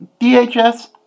DHS